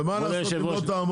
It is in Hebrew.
ומה יהיה אם לא תעמוד?